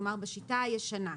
כלומר בשיטה הישנה.